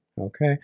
okay